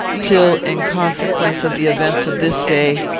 till, in consequence of the events of this day,